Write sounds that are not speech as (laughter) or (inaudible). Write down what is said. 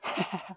(laughs)